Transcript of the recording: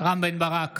רם בן ברק,